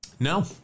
No